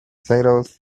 potatoes